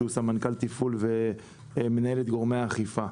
שהוא סמנכ"ל תפעול ומנהל את גורמי האכיפה.